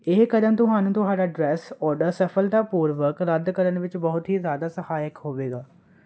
ਇਹ ਕਦਮ ਤੁਹਾਨੂੰ ਤੁਹਾਡਾ ਅਡਰੈਸ ਓਡਰ ਸਫਲਤਾਪੂਰਵਕ ਵਿੱਚ ਬਹੁਤ ਹੀ ਜਿਆਦਾ ਸਹਾਇਕ ਹੋਵੇਗਾ